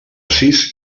sis